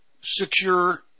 secure